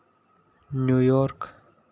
New York